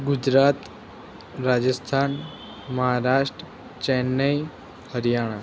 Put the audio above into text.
Gujarat Rajasthan Maharashtra Chennai Haryana